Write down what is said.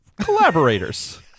collaborators